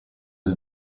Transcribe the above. del